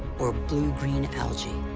or blue-green algae.